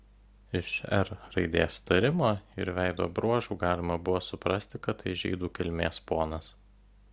iš r raidės tarimo ir veido bruožų galima buvo suprasti kad tai žydų kilmės ponas